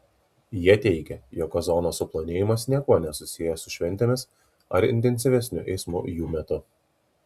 jie teigia jog ozono suplonėjimas niekuo nesusijęs su šventėmis ar intensyvesniu eismu jų metu